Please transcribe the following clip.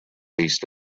east